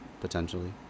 potentially